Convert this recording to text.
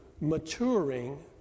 maturing